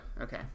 Okay